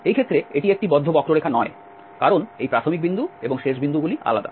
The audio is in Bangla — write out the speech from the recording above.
এই ক্ষেত্রে এটি একটি বদ্ধ বক্ররেখা নয় কারণ এই প্রাথমিক বিন্দু এবং শেষ বিন্দুগুলি আলাদা